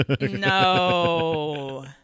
No